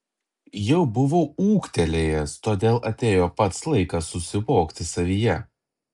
jau buvau ūgtelėjęs todėl atėjo pats laikas susivokti savyje